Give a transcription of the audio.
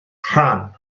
rhan